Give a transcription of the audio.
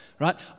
Right